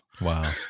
Wow